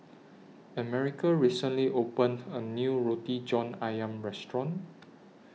America recently opened A New Roti John Ayam Restaurant